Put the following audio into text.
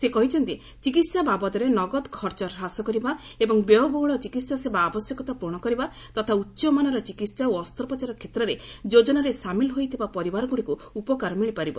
ସେ କହିଛନ୍ତି ଚିକିତ୍ସା ବାବଦରେ ନଗଦ ଖର୍ଚ୍ଚ ହ୍ରାସ କରିବା ଏବଂ ବ୍ୟୟବହ୍କଳ ଚିକିିିିହା ସେବା ଆବଶ୍ୟକତା ପୂରଣ କରିବା ତଥା ଉଚ୍ଚମାନର ଚିକିତ୍ସା ଓ ଅସ୍ତ୍ରୋପଚାର କ୍ଷେତ୍ରରେ ଯୋଜନାରେ ସାମିଲ୍ ହୋଇଥିବା ପରିବାରଗୁଡ଼ିକୁ ଉପକାର ମିଳିପାରିବ